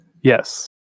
Yes